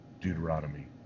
Deuteronomy